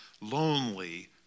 lonely